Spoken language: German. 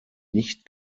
nicht